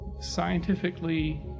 scientifically